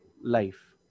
life